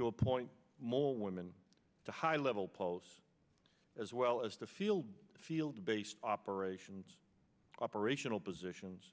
to appoint more women to high level posts as well as to field field based operations operational positions